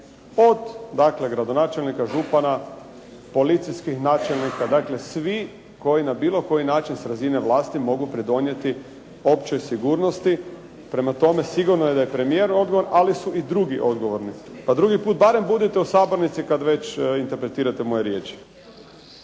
od dakle gradonačelnika, župana, policijskih načelnika, dakle svi koji na bilo koji način s razine vlasti mogu pridonijeti općoj sigurnosti. Prema tome, sigurno je da je premijer odgovoran, ali su i drugi odgovorni. Pa drugi puta barem budite u sabornici kada već interpretirate moje riječi.